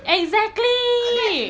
exactly